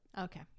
okay